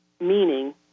meaning